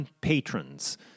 patrons